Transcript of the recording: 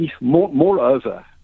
moreover